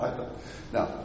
Now